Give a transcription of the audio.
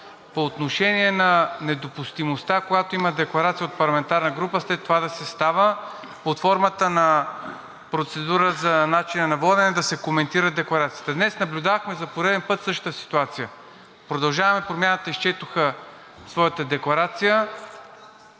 по отношение на допустимостта, когато има декларация от парламентарна група след това да се става под формата на процедура за начина на водене да се коментира декларацията. Днес наблюдавахме за пореден път същата ситуация. „Продължаваме Промяната“ изчетоха своята декларация,